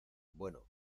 bueno